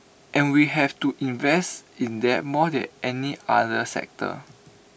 and we have to invest in them more than any other sector